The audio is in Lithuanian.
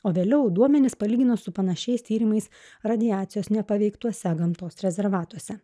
o vėliau duomenis palygino su panašiais tyrimais radiacijos nepaveiktuose gamtos rezervatuose